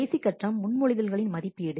கடைசி கட்டம் முன்மொழிதல்களின் மதிப்பீடு